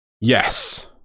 Yes